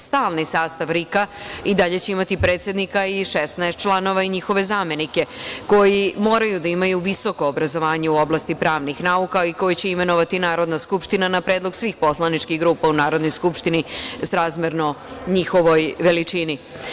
Stalni sastav RIK-a i dalje će imati predsednika i 16 članova i njihove zamenike, koji moraju da imaju visoko obrazovanje u oblasti pravnih nauka i koje će imenovati Narodna skupština na predlog svih poslaničkih grupa u Narodnoj skupštini srazmerno njihovoj veličini.